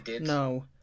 no